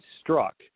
struck